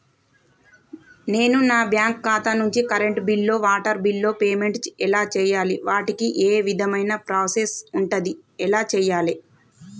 నేను నా బ్యాంకు ఖాతా నుంచి కరెంట్ బిల్లో వాటర్ బిల్లో పేమెంట్ ఎలా చేయాలి? వాటికి ఏ విధమైన ప్రాసెస్ ఉంటది? ఎలా చేయాలే?